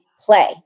play